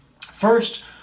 First